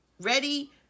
Ready